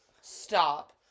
Stop